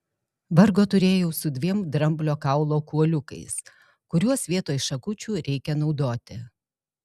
vargo turėjau su dviem dramblio kaulo kuoliukais kuriuos vietoj šakučių reikia naudoti